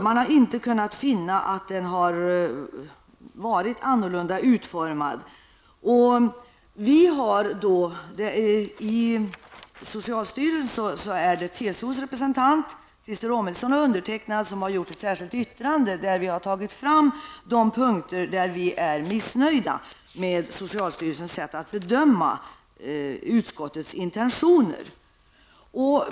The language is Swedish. Man har inte kunnat finna utrymme för en annorlunda tolkning. Romilson och jag avgett ett särskilt yttrande i vilket vi har tagit fram de punkter där vi är missnöjda med socialstyrelsens sätt att bedöma utskottets intentioner.